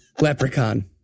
Leprechaun